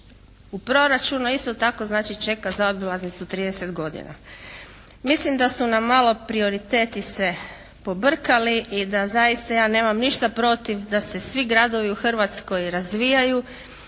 u proračun a isto tako čeka zaobilaznicu 30 godina. Mislim da su nam malo prioriteti se pobrkali i da zaista ja nemam ništa protiv da se svi gradovi u Hrvatskoj razvijaju